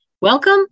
Welcome